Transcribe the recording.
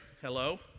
Hello